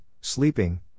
sleeping